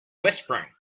whispering